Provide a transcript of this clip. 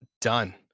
Done